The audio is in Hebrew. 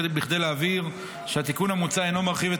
כדי להבהיר שהתיקון המוצע אינו מרחיב את